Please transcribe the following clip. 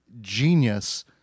Genius